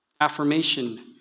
affirmation